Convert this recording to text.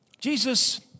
Jesus